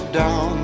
down